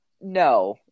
No